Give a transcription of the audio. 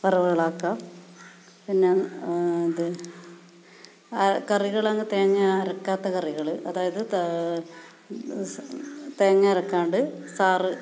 വറവകളാക്കാം പിന്നെ അത് ആ കറികളങ്ങ് തേങ്ങ അരക്കാത്ത കറികൾ അതായത് തേങ്ങ അരക്കാണ്ട് സാർ